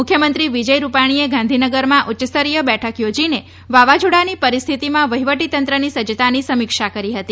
મુખ્યમંત્રી વિજય રૂપાણીએ ગાંધીનગરમાં ઉચ્યસ્તરીય બેઠક યોજીને વાવાઝોડાની પરિસ્થિતિમાં વહિવટીતંત્રની સજ્જતાની સમીક્ષા કરી હતી